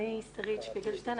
אני שרית שפיגלשטיין,